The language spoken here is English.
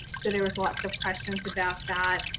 so there was lots of questions about that.